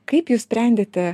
kaip jūs sprendėte